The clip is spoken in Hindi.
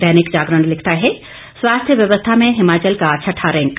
दैनिक जागरण लिखता है स्वास्थ्य व्यवस्था में हिमाचल का छठा रैंक